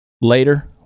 later